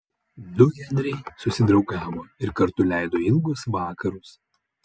du henriai susidraugavo ir kartu leido ilgus vakarus